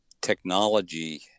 Technology